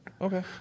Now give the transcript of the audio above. Okay